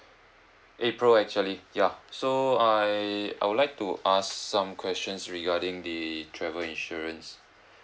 april actually ya so I I would like to ask some questions regarding the travel insurance